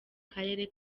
karere